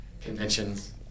conventions